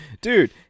Dude